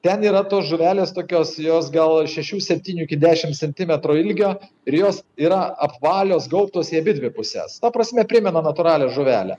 ten yra tos žuvelės tokios jos gal šešių septynių iki dešimt centimetrų ilgio ir jos yra apvalios gaubtos į abidvi puses ta prasme primena natūralią žuvelę